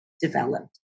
developed